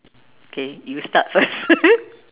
K you start first